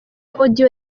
audio